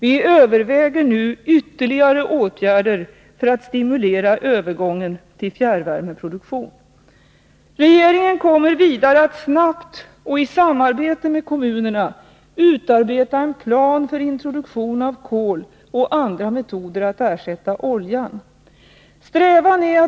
Vi överväger nu ytterligare åtgärder för att stimulera övergången till fjärrvärmeproduktion. Regeringen kommer vidare att snabbt och i samarbete med kommunerna utarbeta en plan för introduktion av kol och andra metoder att ersätta oljan.